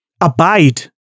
abide